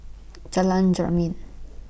Jalan Jermin